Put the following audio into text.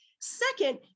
Second